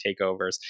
takeovers